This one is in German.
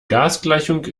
gasgleichung